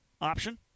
option